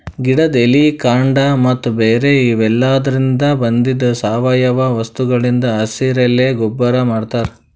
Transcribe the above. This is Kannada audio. ಗಿಡದ್ ಎಲಿ ಕಾಂಡ ಮತ್ತ್ ಬೇರ್ ಇವೆಲಾದ್ರಿನ್ದ ಬಂದಿದ್ ಸಾವಯವ ವಸ್ತುಗಳಿಂದ್ ಹಸಿರೆಲೆ ಗೊಬ್ಬರ್ ಮಾಡ್ತಾರ್